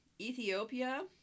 Ethiopia